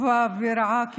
טובה ורעה כאחת,